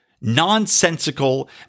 nonsensical